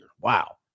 Wow